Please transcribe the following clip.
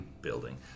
building